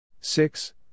Six